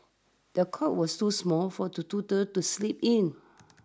the cot was too small for the toddler to sleep in